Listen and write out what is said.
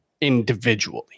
individually